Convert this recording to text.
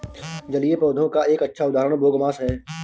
जलीय पौधों का एक अच्छा उदाहरण बोगमास है